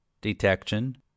detection